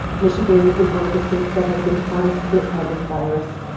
michigan is one of the states that has been hardest hit by this virus.